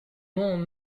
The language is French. non